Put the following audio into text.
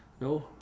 no